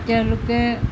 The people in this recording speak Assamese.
তেওঁলোকে